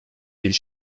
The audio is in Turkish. bir